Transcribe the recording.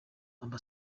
amb